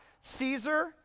Caesar